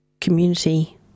community